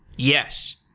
yes.